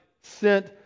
sent